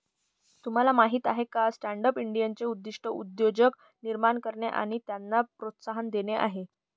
तुम्हाला माहीत आहे का स्टँडअप इंडियाचे उद्दिष्ट उद्योजक निर्माण करणे आणि त्यांना प्रोत्साहन देणे आहे